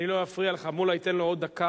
אני לא אפריע לך, בוא ניתן לו עוד דקה.